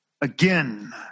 again